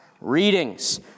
readings